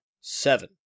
Seven